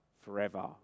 forever